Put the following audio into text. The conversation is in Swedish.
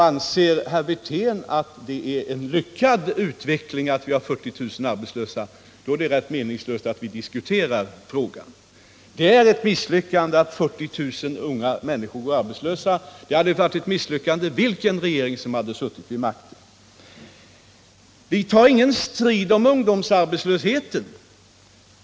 Anser herr Wirtén att 40 000 arbetslösa innebär en lyckad utveckling, är det rätt meningslöst att vi diskuterar frågan. Det är ett misslyckande att 40 000 unga människor går arbetslösa, och det hade det varit vilken regering som än suttit vid makten. Vi tar ingen strid om ungdomsarbetslösheten.